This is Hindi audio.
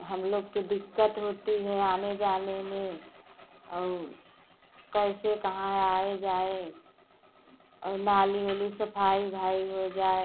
हम लोग के दिक्कत होती है आने जाने में और कैसे कहाँ आए जाएँ और नाली ओली सफाई ओफाई हो जाए